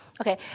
Okay